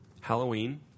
Halloween